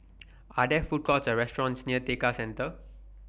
Are There Food Courts Or restaurants near Tekka Centre